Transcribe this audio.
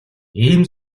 ийм